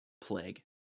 plague